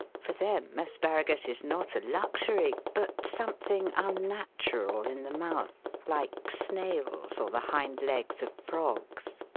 for them asparagus is not a luxury, but some thing unnatural in the mouth, like snails or the hind-legs of frogs.